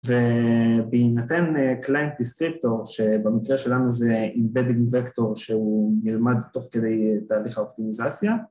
ובהיא נתן Client Descriptor שבמקרה שלנו זה Embedding Vector שהוא מלמד תוך כדי תהליך האופטימיזציה